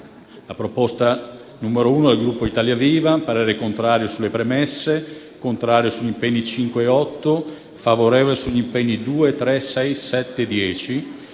1, presentata dal Gruppo Italia Viva, il parere è contrario sulle premesse, contrario sugli impegni 5 e 8 e favorevole sugli impegni 2, 3, 6, 7 e 10.